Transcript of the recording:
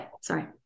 sorry